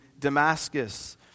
Damascus